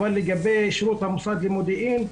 אבל לגבי המוסד למודיעין,